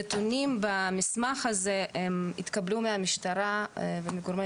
נתונים במסמך הזה התקבלו מהמשטרה ומגורמי